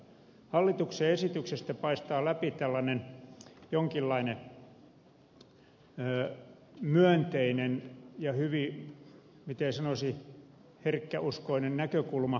hallituksen esityksestä paistaa läpi tällainen jonkinlainen myönteinen ja hyvin miten sanoisi herkkäuskoinen näkökulma muutenkin